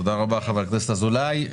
תודה רבה, חבר הכנסת אזולאי.